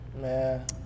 Man